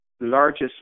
largest